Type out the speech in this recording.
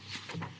Hvala